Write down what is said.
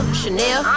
Chanel